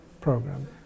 program